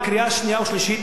בקריאה שנייה ושלישית,